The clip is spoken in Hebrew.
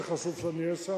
וחשוב שאני אהיה שם,